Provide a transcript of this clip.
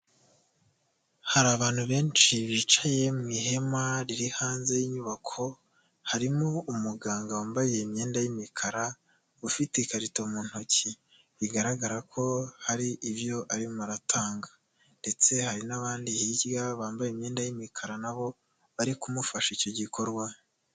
Hari abantu benshi bicaye mu ihema riri hanze y'inyubako, harimo umuganga wambaye imyenda y'imikara ufite ikarito mu ntoki, bigaragara ko hari ibyo arimo aratanga, ndetse hari n'abandi hirya bambaye imyenda y'imikara nabo bari kumufasha icyo gikorwa.